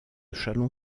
chalon